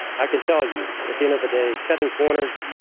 i can tell you, at the end of the day, cutting corners,